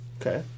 Okay